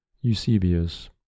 Eusebius